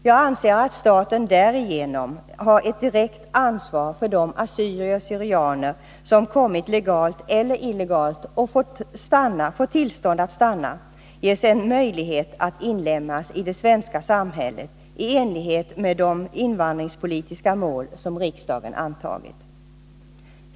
Jag anser att staten därigenom har ett direkt ansvar för att de assyrier och syrianer som kommit legalt eller illegalt och fått tillstånd att stanna ges en möjlighet att inlemmas i det svenska samhället i enlighet med de invandringspolitiska mål som riksdagen antagit.